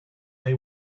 they